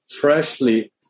freshly